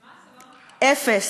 אפס.